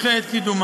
שתדחה את קידומה.